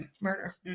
murder